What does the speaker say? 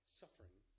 suffering